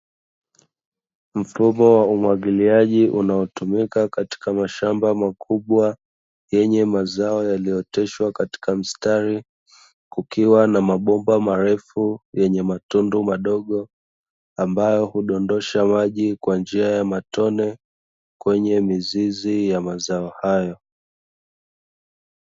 Mfumo wa umwagiliaji unaotumika katika mashamba makubwa yenye mazao yaliyooteshwa katika mstari, kukiwa namabomba marefu yenye matundu madogo ambayo hudondosha maji kwa njia ya matone kwenye mizizi ya mazao hayo.